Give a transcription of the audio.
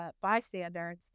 bystanders